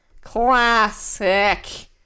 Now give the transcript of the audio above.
classic